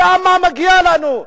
למה מגיע לנו?